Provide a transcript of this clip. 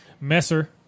Messer